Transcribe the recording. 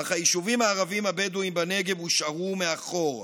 אך היישובים הערביים-הבדואיים בנגב הושארו מאחור.